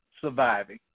surviving